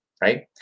right